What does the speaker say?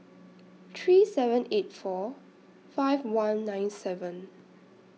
three seven eight four five one nine seven